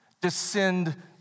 descend